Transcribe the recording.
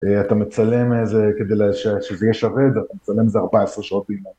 אתה מצלם איזה, כדי שזה יהיה שווה את זה, אתה מצלם איזה 14 שעות ביממה.